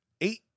eight